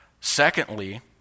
Secondly